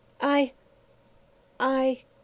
I—I—